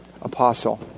apostle